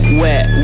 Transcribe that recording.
wet